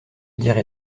dirai